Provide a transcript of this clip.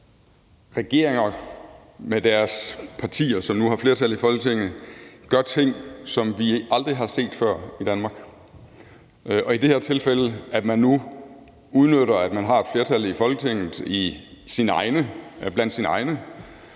regeringer med deres partier, som nu har flertal i Folketinget, gør ting, som vi aldrig har set før i Danmark. I det her tilfælde er det, at man nu udnytter, at man har et flertal i Folketinget blandt sine egne